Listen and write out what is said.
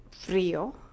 frío